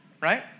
right